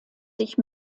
sich